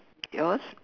yours